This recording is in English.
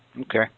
Okay